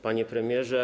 Panie Premierze!